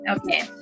Okay